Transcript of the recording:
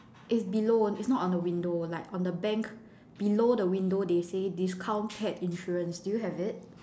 it's below it's not on the window like on the bank below the window they say discount pet insurance do you have it